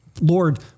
Lord